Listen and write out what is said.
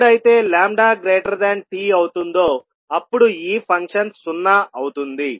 ఎప్పుడైతే λt అవుతుందో అప్పుడు ఈ ఫంక్షన్ సున్నా అవుతుంది